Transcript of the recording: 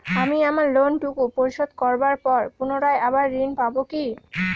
আমি আমার লোন টুকু পরিশোধ করবার পর পুনরায় আবার ঋণ পাবো কি?